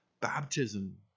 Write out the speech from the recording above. baptism